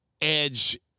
Edge